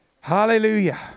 Hallelujah